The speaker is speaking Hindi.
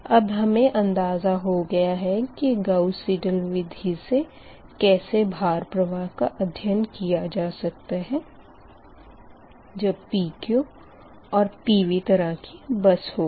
अब हमें अंदाज़ा हो गया है की गाऊस सिडल विधि से कैसे भार प्रवाह का अध्ययन किया जा सकता है जब PQ और PV तरह की बस होगी